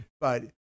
But-